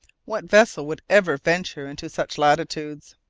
what vessel would ever venture into such latitudes?